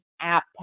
app